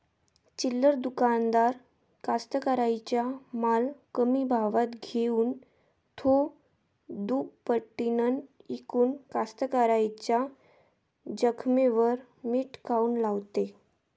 चिल्लर दुकानदार कास्तकाराइच्या माल कमी भावात घेऊन थो दुपटीनं इकून कास्तकाराइच्या जखमेवर मीठ काऊन लावते?